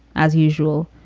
as usual,